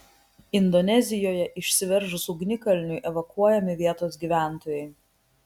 indonezijoje išsiveržus ugnikalniui evakuojami vietos gyventojai